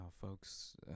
folks